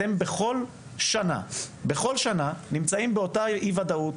אתם בכל שנה נמצאים באותה אי-ודאות